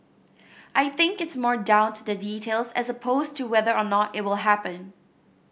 I think it's more down to the details as opposed to whether or not it will happen